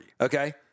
Okay